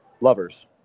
lovers